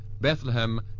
Bethlehem